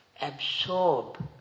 absorb